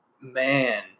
Man